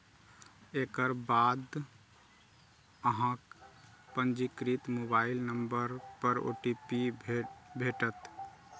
एकर बाद अहांक पंजीकृत मोबाइल नंबर पर ओ.टी.पी भेटत